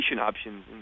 options